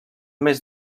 mes